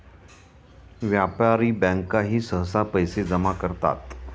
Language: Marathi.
व्यापारी बँकाही सहसा पैसे जमा करतात